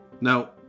Now